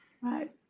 Right